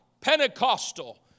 Pentecostal